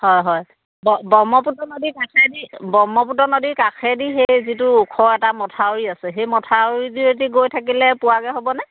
হয় হয় ব ব্ৰহ্মপুত্ৰ নদীত ব্ৰহ্মপুত্ৰ নদীৰ কাষেদি সেই যিটো ওখ এটা মঠাউৰি আছে সেই মঠাউৰিটোৱে দি গৈ থাকিলে পোৱাগৈ হ'বনে